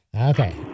Okay